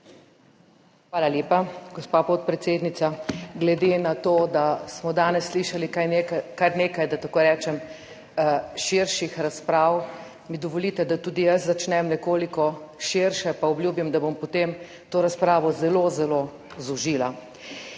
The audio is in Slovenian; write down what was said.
Hvala lepa, gospa podpredsednica. Glede na to, da smo danes slišali kar nekaj, da tako rečem, širših razprav, mi dovolite, da tudi jaz začnem nekoliko širše, pa obljubim, da bom potem to razpravo zelo, zelo zožila.